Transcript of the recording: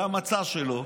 זה המצע שלו,